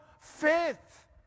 faith